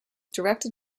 directed